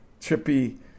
trippy